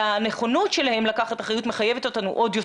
הנכונות שלהם לקחת אחריות מחייבת אותנו עוד יותר.